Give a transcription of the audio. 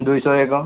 ଦୁଇ ଶହ ଏକ